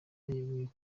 yeguye